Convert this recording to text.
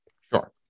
sure